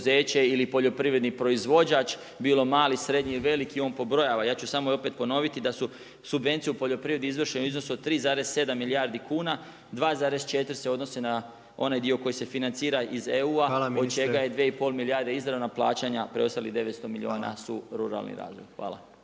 ili poljoprivredni proizvođač bilo mali, srednji i veliki on pobrojava. Ja ću samo i opet ponoviti da su subvencije u poljoprivredi izvršene u iznosu od 3,7 milijardi kuna. 2,4 se odnose na onaj dio koji se financira iz EU-a … …/Upadica predsjednik: Hvala ministre./… … od čega je 2 i pol milijarde izravna plaćanja, preostalih 900 milijuna su ruralni razvoj. Hvala.